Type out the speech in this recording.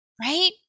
right